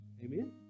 Amen